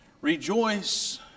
Rejoice